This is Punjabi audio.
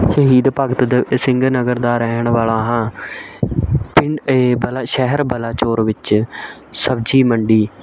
ਸ਼ਹੀਦ ਭਗਤ ਦ ਸਿੰਘ ਨਗਰ ਦਾ ਰਹਿਣ ਵਾਲਾ ਹਾਂ ਪਿੰਡ ਇਹ ਬਲਾ ਸ਼ਹਿਰ ਬਲਾਚੋਰ ਵਿੱਚ ਸਬਜ਼ੀ ਮੰਡੀ